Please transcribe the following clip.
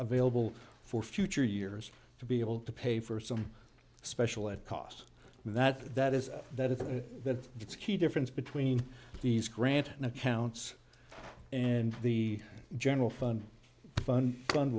of vailable for future years to be able to pay for some special ed costs that that is that if that gets a key difference between these grant and accounts and the general fund fund fund